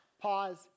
pause